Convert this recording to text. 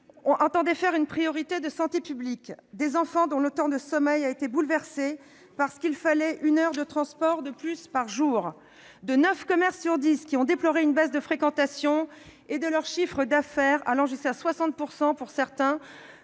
entendait faire une priorité de santé publique, des enfants dont le temps de sommeil a été bouleversé parce qu'il fallait une heure de transport de plus par jour. Eh oui ! Je parle aussi au nom des neuf commerces sur dix qui ont déploré une baisse de fréquentation et de leur chiffre d'affaires- jusqu'à 60 % pour certains,